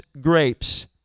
grapes